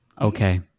Okay